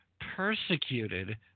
persecuted